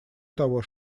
того